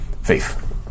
faith